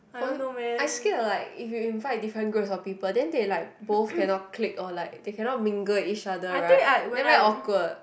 for m~ I scared like if you invite different groups of people then they like both cannot click or like they cannot mingle with each other right then very awkward